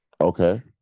okay